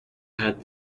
had